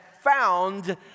found